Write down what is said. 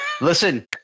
Listen